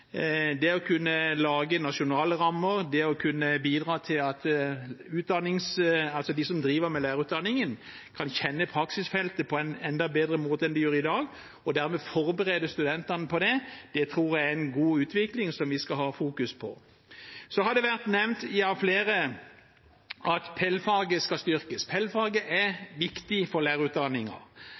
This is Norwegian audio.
Det å kunne lage nasjonale rammer, det å kunne bidra til at de som driver med lærerutdanningen, kan kjenne praksisfeltet på en enda bedre måte enn de gjør i dag, og dermed forberede studentene på det, tror jeg er en god utvikling som vi skal fokusere på. Det har vært nevnt av flere at PEL-faget skal styrkes. PEL-faget er viktig for